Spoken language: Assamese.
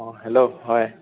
অঁ হেল্ল' হয়